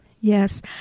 Yes